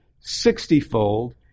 sixtyfold